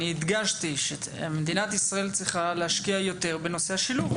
הדגשתי שמדינת ישראל צריכה להשקיע יותר בנושא השילוב,